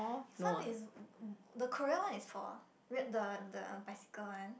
some is the Korean one is for what ah the the bicycle one